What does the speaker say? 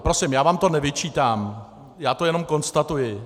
Prosím, já vám to nevyčítám, já to jenom konstatuji!